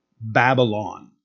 babylon